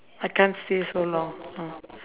I can't stay so long uh